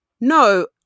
No